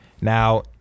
Now